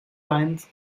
lions